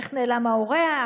איך נעלם האורח,